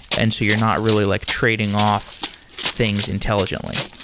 and so you're not really like trading off things intelligently.